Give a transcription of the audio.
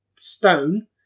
stone